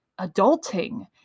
adulting